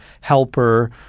helper